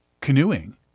canoeing